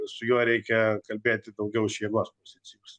su juo reikia kalbėti daugiau iš jėgos pozicijos